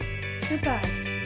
Goodbye